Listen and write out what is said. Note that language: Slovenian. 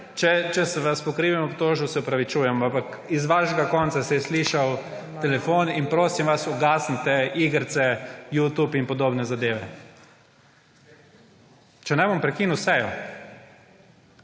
Če sem vas po krivem obtožil, se opravičujem, ampak z vašega konca se je slišal telefon. Prosim vas, ugasnite igrice, Youtube in podobne zadeve. Če ne, bom prekinil sejo.